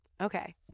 Okay